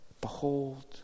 Behold